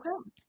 okay